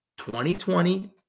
2020